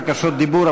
יש בקשות דיבור,